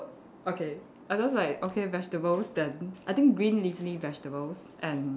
okay I just like okay vegetables then I think green leafy vegetables and